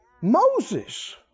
Moses